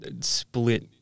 split